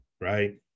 right